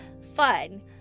Fun